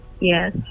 Yes